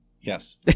Yes